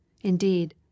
indeed